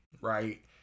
Right